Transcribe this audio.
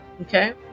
Okay